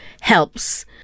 helps